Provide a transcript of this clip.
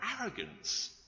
arrogance